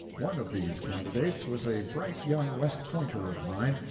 one of these candidates was a bright young west pointer of mine,